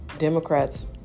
Democrats